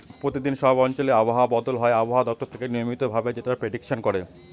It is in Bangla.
প্রতিদিন সব অঞ্চলে আবহাওয়া বদল হয় আবহাওয়া দপ্তর থেকে নিয়মিত ভাবে যেটার প্রেডিকশন করে